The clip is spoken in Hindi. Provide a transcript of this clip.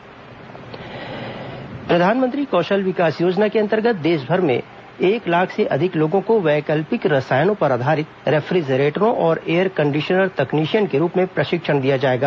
प्रधानमंत्री कौशल विकास योजना प्रधानमंत्री कौशल विकास योजना के अंतर्गत देशभर में एक लाख से अधिक लोगों को वैकल्पिक रसायनों पर आधारित रेफ्रिजरेटरों और एयर कंडीशनर तकनीशियन के रूप में प्रशिक्षिण दिया जाएगा